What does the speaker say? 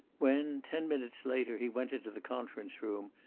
when, ten minutes later, he went into the conference room,